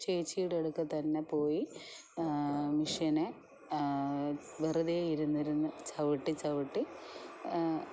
ചേച്ചീടെ അടുക്കത്തന്നെ പോയി മിഷ്യനെ വെറുതേ ഇരുന്നിരുന്ന് ചവിട്ടി ചവിട്ടി